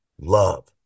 love